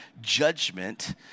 judgment